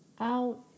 out